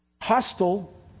hostile